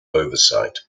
oversight